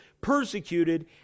persecuted